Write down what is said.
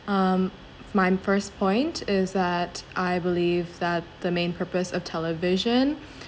um my first point is that I believe that the main purpose of television